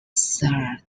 third